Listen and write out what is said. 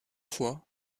fois